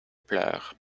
pleure